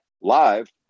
live